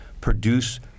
produce